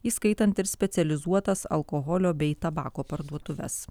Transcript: įskaitant ir specializuotas alkoholio bei tabako parduotuves